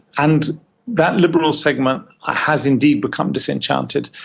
and that liberal segment has indeed become disenchanted,